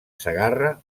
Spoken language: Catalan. segarra